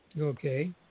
Okay